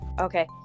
okay